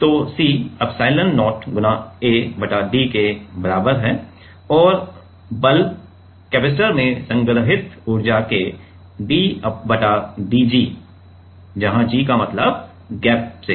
C एप्सिलोन0 A बटा d के बराबर हैऔर बल कैपेसिटर में संग्रहीत ऊर्जा के ddg g का मतलब गैप